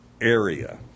area